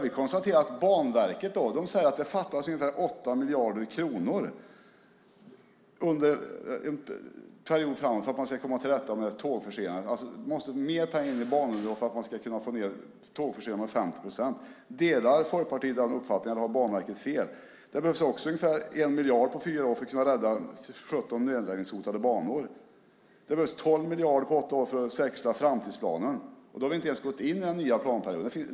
Banverket säger att det fattas ungefär 8 miljarder kronor under en period framåt för att man ska komma till rätta med tågförseningarna. Det behövs mer pengar till banunderhåll för att man ska kunna få ned tågförseningarna med 50 procent. Delar Folkpartiet den uppfattningen, eller har Banverket fel? Det behövs också ungefär 1 miljard på fyra år för att kunna rädda 17 nedläggningshotade banor. Det behövs 12 miljarder på åtta år för att säkerställa framtidsplanen. Då har vi inte ens gått in i den nya planperioden.